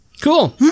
Cool